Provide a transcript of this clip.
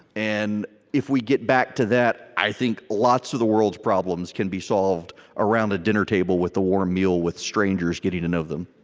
and if we get back to that, i think lots of the world's problems can be solved around the dinner table with a warm meal with strangers, getting to know them